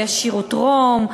יש "שירותרום".